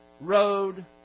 road